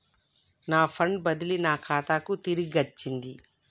నా ఫండ్ బదిలీ నా ఖాతాకు తిరిగచ్చింది